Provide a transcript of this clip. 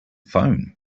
phone